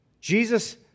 Jesus